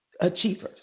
achievers